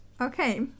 Okay